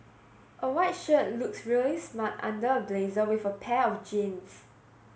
a white shirt looks really smart under a blazer with a pair of jeans